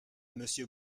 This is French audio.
monsieur